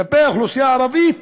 כלפי האוכלוסייה הערבית,